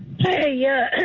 Hey